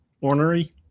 Ornery